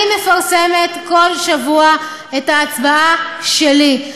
אני מפרסמת כל שבוע את ההצבעה שלי.